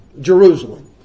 Jerusalem